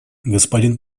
господин